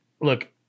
look